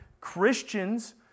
Christians